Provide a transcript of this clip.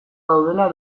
daudela